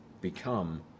become